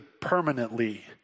permanently